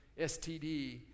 STD